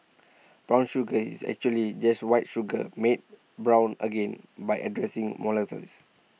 brown sugar is actually just white sugar made brown again by addressing molasses